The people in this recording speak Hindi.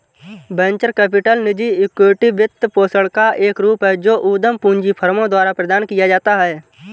वेंचर कैपिटल निजी इक्विटी वित्तपोषण का एक रूप है जो उद्यम पूंजी फर्मों द्वारा प्रदान किया जाता है